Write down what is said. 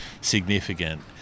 significant